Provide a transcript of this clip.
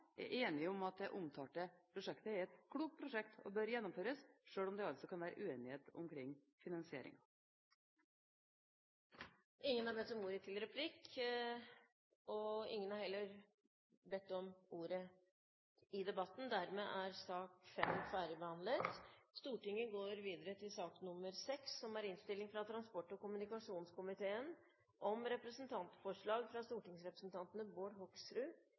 jeg viser i den sammenheng til hele komiteen, inkludert Fremskrittspartiets medlemmer, er enige om at det omtalte prosjektet er et klokt prosjekt og bør gjennomføres, selv om det kan være uenighet om finansieringen. Flere har ikke bedt om ordet til sak nr. 5. Etter ønske fra transport- og kommunikasjonskomiteen